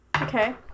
Okay